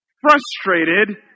frustrated